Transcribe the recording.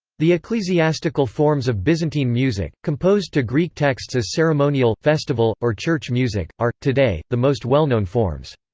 the ecclesiastical forms of byzantine music, composed to greek texts as ceremonial, festival, or church music, are, today, the most well-known forms.